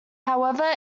however